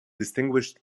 distinguished